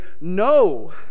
no